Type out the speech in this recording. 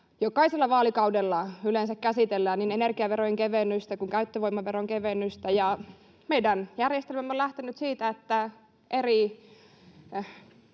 jokaisella vaalikaudella yleensä käsitellään niin energiaverojen kevennystä kuin käyttövoimaveron kevennystä. Meidän järjestelmämme on lähtenyt siitä, että eri